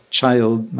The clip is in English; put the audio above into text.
child